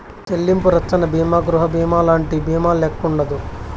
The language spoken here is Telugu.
చెల్లింపు రచ్చన బీమా గృహబీమాలంటి బీమాల్లెక్కుండదు